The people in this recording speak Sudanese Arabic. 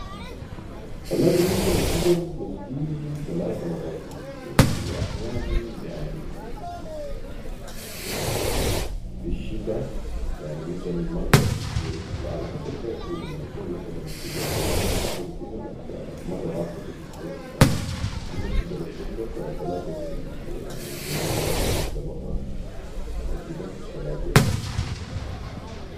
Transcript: والله بي النسبة لي الشجر بسقيهو تلات مرات في الأسبوع واحيانا يعني في الشتاء يعني مثلاً مره في الأسبوع وعلي حسب زاتو لما يكون مثلاً شجر ليمون مثمر وكده مره واحدة في الأسبوع كفاو اما شجر الضل ده تلات يوم في الأسبوع يعني النيمه البخاء كده تلات مرات في الأسبوع